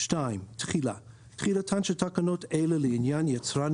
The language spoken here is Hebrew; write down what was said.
תחילה 2. תחילתן של תקנות אלה לעניין יצרן